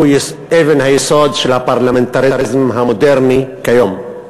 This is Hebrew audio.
שהוא אבן היסוד של הפרלמנטריזם המודרני כיום.